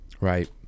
Right